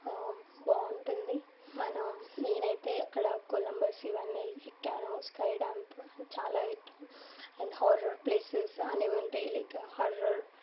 ఆ బాగుంటుంది మనం నేనైతే అక్కడ కొలంబస్ ఇవన్నీ ఎక్కాను స్కై ర్యాంపు చాలా ఎక్కాం అండ్ హర్రర్ ప్లేసెస్ అనేవి ఉంటాయి లైక్ హర్రర్